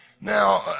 Now